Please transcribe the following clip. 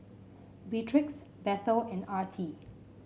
Beatrix Bethel and Artie